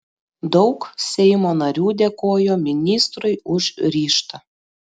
daug seimo narių dėkojo ministrui už ryžtą